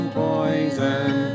poison